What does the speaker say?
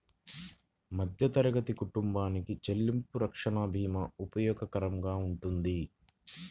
మధ్యతరగతి కుటుంబాలకి చెల్లింపు రక్షణ భీమా ఉపయోగకరంగా వుంటది